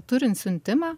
turint siuntimą